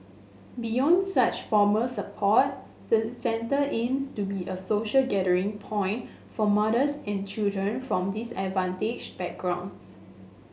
beyond such formal support the centre aims to be a social gathering point for mothers and children from disadvantaged backgrounds